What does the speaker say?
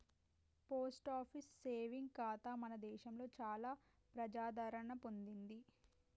post office saving ఖాతా మన దేశంలో చాలా ప్రజాదరణ పొందింది